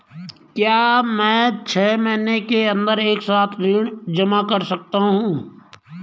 क्या मैं छः महीने के अन्दर एक साथ ऋण जमा कर सकता हूँ?